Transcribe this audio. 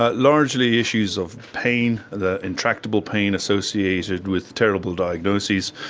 ah largely issues of pain, the intractable pain associated with terrible diagnoses,